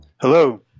Hello